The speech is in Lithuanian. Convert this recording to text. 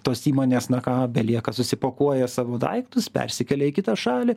tos įmonės na ką belieka susipakuoja savo daiktus persikelia į kitą šalį